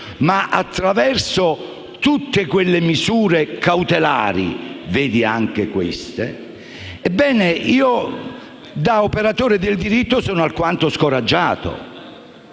ma attraverso tutte quelle misure cautelari (vedi anche queste), da operatore del diritto mi sento alquanto scoraggiato.